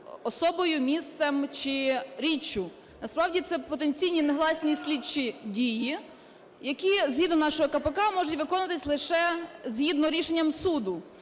особою, місцем чи річчю. Насправді це потенційні негласні слідчі дії, які згідно нашого КПК можуть виконуватися лише згідно рішенням суду,